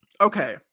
Okay